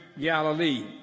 Galilee